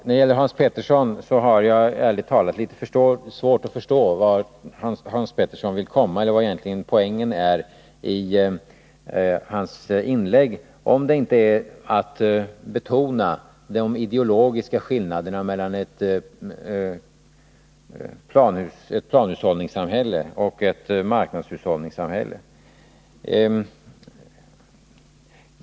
När det gäller Hans Petersson i Hallstahammar har jag, ärligt talat, litet svårt att förstår vart han vill komma, om inte poängen i hans inlägg är att betona de ideologiska skillnaderna mellan ett planhushållningssamhälle och ett marknadshushållningssamhälle.